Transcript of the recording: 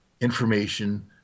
information